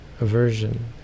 Aversion